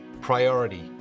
Priority